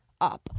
up